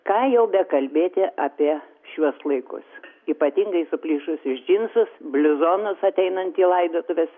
ką jau bekalbėti apie šiuos laikus ypatingai suplyšusius džinsus bliuzonus ateinant į laidotuves